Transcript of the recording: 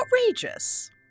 Outrageous